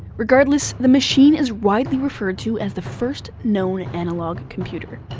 regardless, the machine is widely referred to as the first known analog computer.